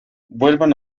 vuelvan